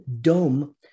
dome